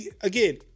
Again